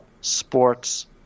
sports